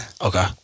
Okay